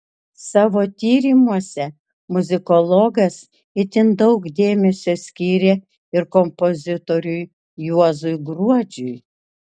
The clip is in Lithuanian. savo tyrimuose muzikologas itin daug dėmesio skyrė ir kompozitoriui juozui gruodžiui